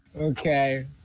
Okay